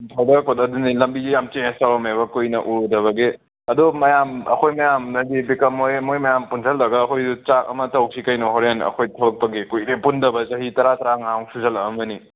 ꯐꯥꯎꯙꯔꯛꯄꯗꯨꯗꯅꯦ ꯂꯝꯕꯤꯁꯦ ꯌꯥꯝ ꯆꯦꯟꯖ ꯇꯧꯔꯝꯃꯦꯕ ꯀꯨꯏꯅ ꯎꯔꯨꯗꯕꯒꯤ ꯑꯗꯨ ꯃꯌꯥꯝ ꯑꯩꯈꯣꯏ ꯃꯌꯥꯝ ꯍꯥꯏꯗꯤ ꯕꯤꯀꯝꯍꯣꯏ ꯃꯣꯏ ꯃꯌꯥꯝ ꯄꯨꯟꯖꯜꯂꯒ ꯑꯩꯈꯣꯏꯁꯨ ꯆꯥꯛ ꯑꯃ ꯇꯧꯁꯤ ꯀꯩꯅꯣ ꯍꯣꯔꯦꯟ ꯑꯩꯈꯣꯏ ꯊꯣꯛꯂꯛꯄꯒꯤ ꯀꯨꯏꯔꯦ ꯄꯨꯟꯗꯕ ꯆꯍꯤ ꯇꯔꯥ ꯇ꯭ꯔꯥꯡꯉꯃꯨꯛ ꯁꯨꯖꯜꯂꯛꯑꯝꯃꯅꯤ